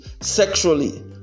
sexually